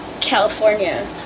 California